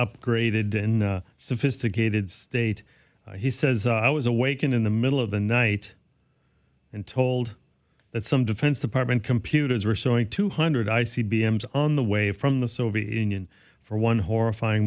upgraded and sophisticated state he says i was awakened in the middle of the night and told that some defense department computers were showing two hundred i c b m s on the way from the soviet union for one horrifying